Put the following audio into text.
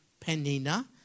Penina